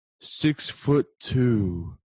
six-foot-two